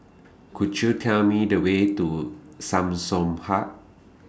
Could YOU Tell Me The Way to Samsung Hub